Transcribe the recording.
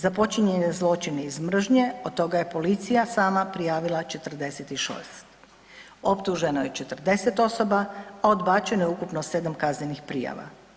Za počinjene zločine iz mržnje od toga je policija sama prijavila 46. optuženo je 40 osoba, a odbačeno je ukupno 7 kaznenih prijava.